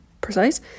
precise